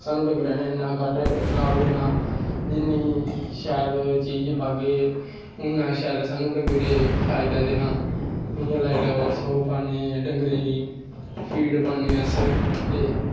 सानू उन्ना घट्ट डंगरां ने लाभ देना जिन्नी शैल चीज पागे उन्ना शैल सानू डंगरें फायदा देना इ'यां लाई लाओ अस ओह् पान्नें डंगरें गी फीड पान्नें अस ते